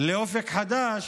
לאופק חדש,